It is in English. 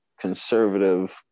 conservative